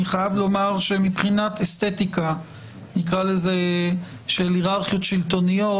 אני חייב לומר שמבחינת אסתטיקה של היררכיות שלטוניות,